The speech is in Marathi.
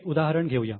एक उदाहरण घेऊया